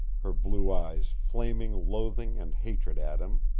her blue eyes flaming loathing and hatred at him.